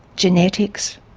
genetics.